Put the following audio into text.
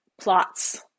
plots